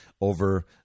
over